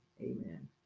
Amen